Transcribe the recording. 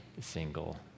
single